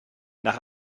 nach